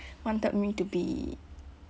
wanted me to be